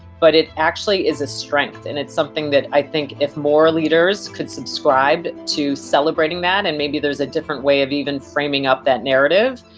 but it actually is a strength. and it's something that i think if more leaders could subscribed to celebrating that, and maybe there's a different way of even framing up that narrative,